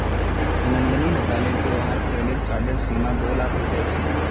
नंदनी बताले कि वहार क्रेडिट कार्डेर सीमा दो लाख रुपए छे